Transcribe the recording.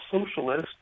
socialist